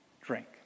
drink